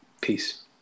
Peace